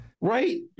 right